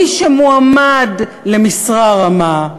מי שמועמד למשרה רמה,